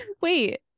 Wait